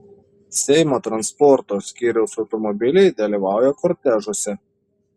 seimo transporto skyriaus automobiliai dalyvauja kortežuose